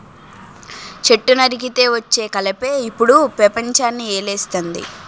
చెట్టు నరికితే వచ్చే కలపే ఇప్పుడు పెపంచాన్ని ఏలేస్తంది